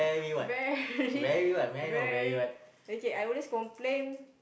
very very okay I always complain